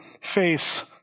face